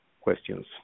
questions